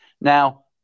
Now